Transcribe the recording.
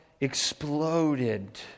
exploded